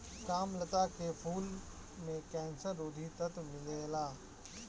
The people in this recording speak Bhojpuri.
कामलता के फूल में कैंसर रोधी तत्व मिलेला